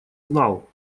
знал